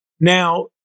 Now